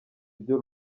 ibyo